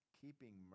keeping